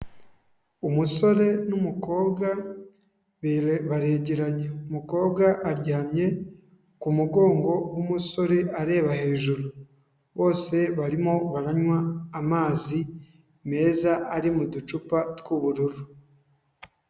Umusore n'umukobwa baregeranye, umukobwa aryamye ku mugongo w'umusore areba hejuru, bose barimo baranywa amazi meza ari mu ducupa tw'ubururu.